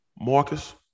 Marcus